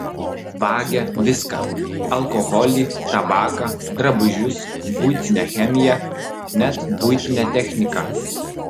vagia viską alkoholį tabaką drabužius buitinę chemiją net buitinę techniką